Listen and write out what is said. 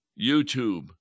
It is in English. YouTube